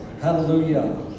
Hallelujah